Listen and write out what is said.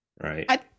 right